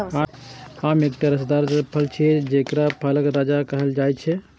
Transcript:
आम एकटा रसदार फल छियै, जेकरा फलक राजा कहल जाइ छै